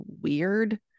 weird